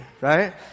right